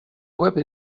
weapon